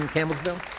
Campbellsville